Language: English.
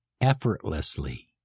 effortlessly